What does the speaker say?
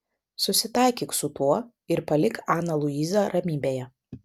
susitaikyk su tuo ir palik aną luizą ramybėje